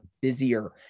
busier